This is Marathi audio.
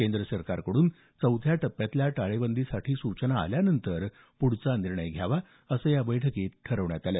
केंद्र सरकारकडून चौथ्या टप्प्यातल्या टाळेबंदीसाठी सूचना आल्यानंतर पुढचा निर्णय घ्यावा असं या बैठकीत ठरवण्यात आलं